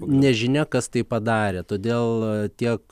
nežinia kas tai padarė todėl tiek